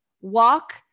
walk